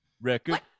Record